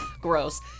gross